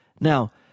Now